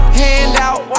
handout